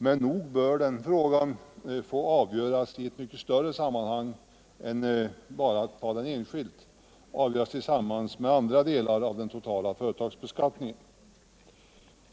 Men nog bör den frågan få avgöras i ett mycket större sammanhang och inte bara enskilt. Den bör avgöras tillsammans med andra delar av den totala företagsbeskattningen.